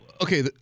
Okay